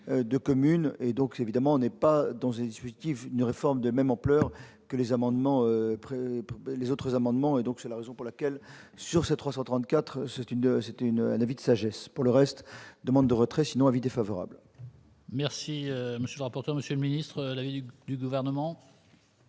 de communes et donc, évidemment, n'est pas dans une suite, il faut une réforme de même ampleur que les amendements, les autres amendements et donc c'est la raison pour laquelle, sur ces 334 c'est une c'est une David sagesse pour le reste demande de retrait sinon avis défavorable. Merci, monsieur le rapporteur, monsieur le ministre, la ville du gouvernement.